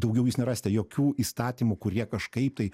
daugiau jūs nerasite jokių įstatymų kurie kažkaip tai